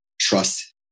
trust